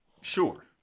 Sure